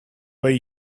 way